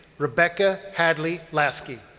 rebecca hadley laskey.